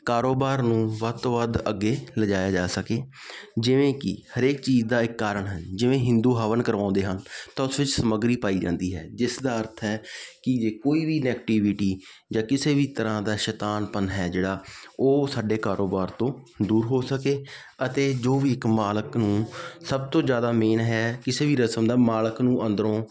ਕਾਰੋਬਾਰ ਨੂੰ ਵੱਧ ਤੋਂ ਵੱਧ ਅੱਗੇ ਲਿਜਾਇਆ ਜਾ ਸਕੇ ਜਿਵੇਂ ਕੀ ਹਰੇਕ ਚੀਜ਼ ਦਾ ਇੱਕ ਕਾਰਨ ਹੈ ਜਿਵੇਂ ਹਿੰਦੂ ਹਵਨ ਕਰਵਾਉਂਦੇ ਹਨ ਤਾਂ ਉਸ ਵਿੱਚ ਸਮੱਗਰੀ ਪਾਈ ਜਾਂਦੀ ਹੈ ਜਿਸ ਦਾ ਅਰਥ ਹੈ ਕਿ ਜੇ ਕੋਈ ਵੀ ਨੈਗਟਿਵਿਟੀ ਜਾਂ ਕਿਸੇ ਵੀ ਤਰ੍ਹਾਂ ਦਾ ਸ਼ੈਤਾਨਪਣ ਹੈ ਜਿਹੜਾ ਉਹ ਸਾਡੇ ਕਾਰੋਬਾਰ ਤੋਂ ਦੂਰ ਹੋ ਸਕੇ ਅਤੇ ਜੋ ਵੀ ਇੱਕ ਮਾਲਕ ਨੂੰ ਸਭ ਤੋਂ ਜ਼ਿਆਦਾ ਮੇਨ ਹੈ ਕਿਸੇ ਵੀ ਰਸਮ ਦਾ ਮਾਲਕ ਨੂੰ ਅੰਦਰੋਂ